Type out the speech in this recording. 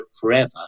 forever